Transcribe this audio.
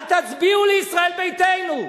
אל תצביעו לישראל ביתנו.